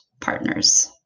partners